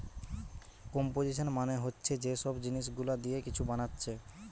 composition মানে হচ্ছে যে সব জিনিস গুলা দিয়ে কিছু বানাচ্ছে